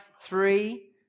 three